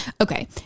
okay